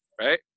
right